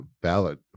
ballot